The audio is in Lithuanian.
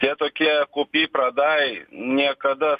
tie tokie kupi pradaj niekada